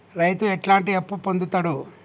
రైతు ఎట్లాంటి అప్పు పొందుతడు?